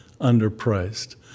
underpriced